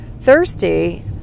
thirsty